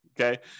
okay